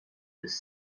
this